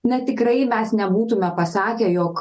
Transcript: na tikrai mes nebūtume pasakę jog